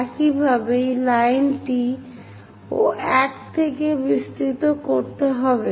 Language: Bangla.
একইভাবে এই লাইনটি ও 1 থেকে বিস্তৃত করতে হবে